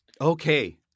okay